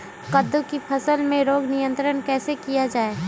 कददु की फसल में रोग नियंत्रण कैसे किया जाए?